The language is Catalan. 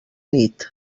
nit